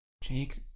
Jake